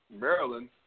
Maryland